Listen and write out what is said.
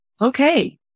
Okay